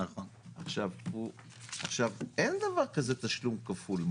עכשיו, אין דבר כזה תשלום כפול.